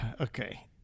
okay